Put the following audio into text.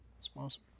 sponsor